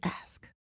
ask